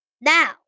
Now